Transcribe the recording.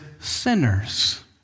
sinners